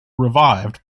revived